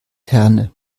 herne